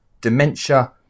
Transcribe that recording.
dementia